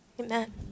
amen